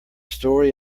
story